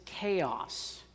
chaos